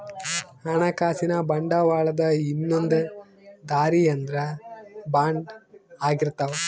ಹಣಕಾಸಿನ ಬಂಡವಾಳದ ಇನ್ನೊಂದ್ ದಾರಿ ಅಂದ್ರ ಬಾಂಡ್ ಆಗಿರ್ತವ